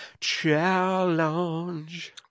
Challenge